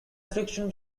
friction